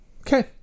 Okay